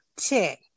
check